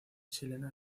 chilena